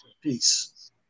Peace